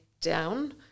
down